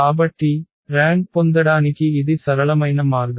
కాబట్టి ర్యాంక్ పొందడానికి ఇది సరళమైన మార్గం